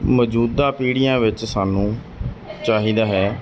ਮੌਜੂਦਾ ਪੀੜ੍ਹੀਆਂ ਵਿੱਚ ਸਾਨੂੰ ਚਾਹੀਦਾ ਹੈ